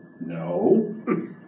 No